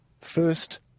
First